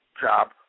job